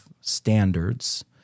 standards